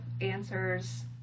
answers